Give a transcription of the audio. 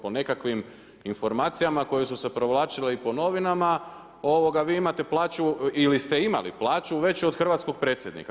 Po nekakvim informacijama koje su se provlačile i po novinama, vi imate plaću ili ste imali plaću veću od hrvatskog Predsjednika.